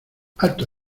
alto